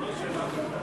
התוצאות.